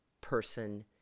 person